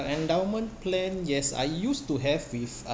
endowment plan yes I used to have with uh